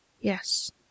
Yes